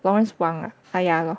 Lawrence Wang ah ya lor